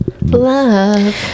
love